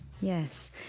Yes